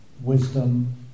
wisdom